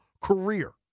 career